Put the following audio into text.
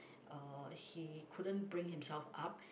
uh he couldn't bring himself up